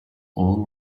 all